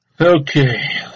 Okay